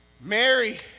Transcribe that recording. Mary